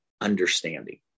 understanding